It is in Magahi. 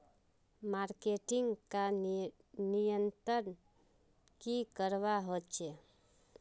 मार्केटिंग का नियंत्रण की करवा होचे?